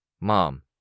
Mom